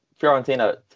Fiorentina